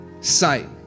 sight